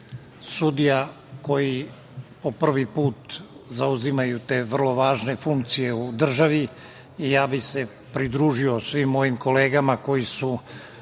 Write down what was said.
sudija koji po prvi put zauzimaju te vrlo važne funkcije u državi. Ja bih se pridružio svim mojim kolegama koji su